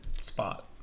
spot